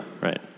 right